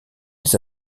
les